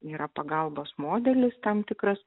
yra pagalbos modelis tam tikras